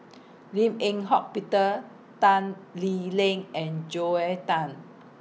Lim Eng Hock Peter Tan Lee Leng and Joel Tan